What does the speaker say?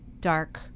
dark